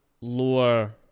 lower